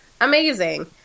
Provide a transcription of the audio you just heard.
Amazing